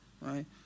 right